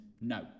no